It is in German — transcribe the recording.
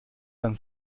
dann